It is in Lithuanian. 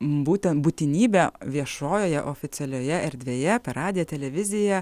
būtent būtinybę viešojoje oficialioje erdvėje per radiją televiziją